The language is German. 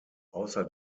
außer